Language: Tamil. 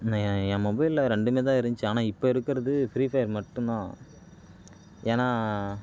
என் மொபைலை ரெண்டுமேதான் இருச்சி ஆனால் இப்போ இருக்குறது ஃப்ரி ஃபயர் மட்டும்தான் ஏன்னா